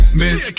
miss